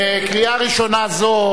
לקריאה ראשונה זו,